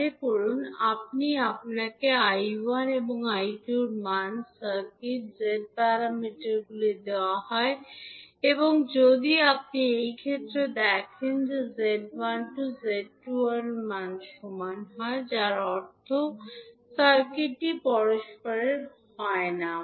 মনে করুন যদি আমাদেরকে 𝐈1 এবং 𝐈2 এর মান সার্কিট z প্যারামিটারগুলি দেওয়া হয় এবং যদি আপনি এই ক্ষেত্রে দেখেন যে 𝐳12 𝐳21 এর সমান নয় যার অর্থ সার্কিটটি পরস্পরের হয় না